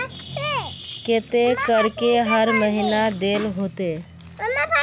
केते करके हर महीना देल होते?